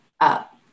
up